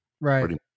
Right